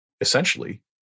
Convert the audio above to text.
essentially